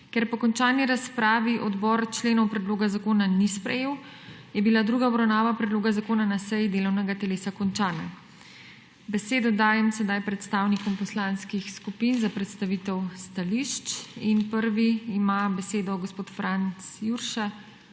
Ker po končani razpravi odbor členov predloga zakona ni sprejel, je bila druga obravnava predloga zakona na seji delovnega telesa končana. Besedo dajem predstavnikom poslanskih skupin za predstavitev stališč. Prvi ima besedo gospod Franc Jurša,